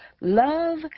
love